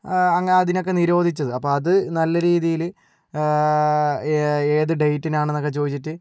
അങ്ങനെ അതിനെയൊക്കെ നിരോധിച്ചത് അപ്പോൾ അത് നല്ല രീതിയിൽ ഏത് ഡേറ്റിന് ആണെന്നൊക്കെ ചോദിച്ചിട്ട്